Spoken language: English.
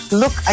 look